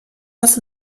das